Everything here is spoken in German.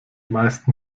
meisten